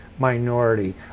minority